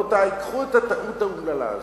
קחו את הטעות האומללה הזאת,